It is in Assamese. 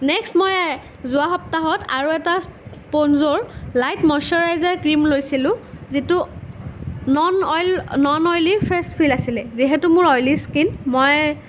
নেক্সট মই যোৱা সপ্তাহত আৰু এটা স্প'নজৰ লাইট ময়শ্বৰাইজাৰ ক্ৰীম লৈছিলোঁ যিটো non oil non oily fresh feel আছিলে যিহেতু মোৰ অইলী স্কীন মই